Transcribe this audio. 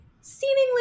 seemingly